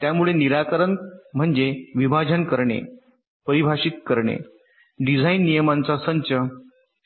त्यामुळे निराकरण म्हणजे विभाजन करणे परिभाषित करणे डिझाइन नियमांचा संच